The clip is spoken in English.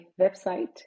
website